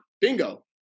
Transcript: bingo